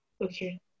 okay